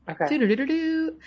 okay